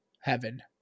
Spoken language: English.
heaven